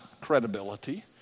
credibility